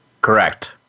Correct